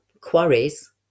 quarries